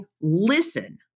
listen